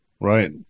Right